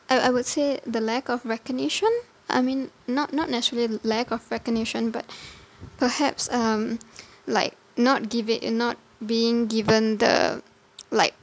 I I would say the lack of recognition I mean not not naturally the lack of recognition but perhaps um like not give it not being given the like